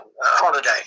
holiday